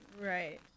Right